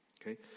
okay